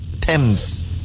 Thames